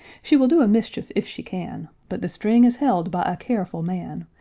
she will do a mischief if she can, but the string is held by a careful man,